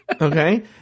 okay